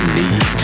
need